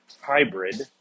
hybrid